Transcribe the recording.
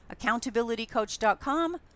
accountabilitycoach.com